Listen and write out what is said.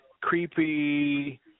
creepy